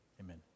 amen